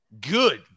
good